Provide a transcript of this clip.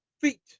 feet